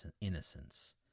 innocence